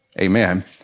Amen